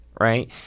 right